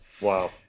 wow